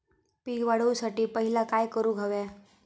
पीक वाढवुसाठी पहिला काय करूक हव्या?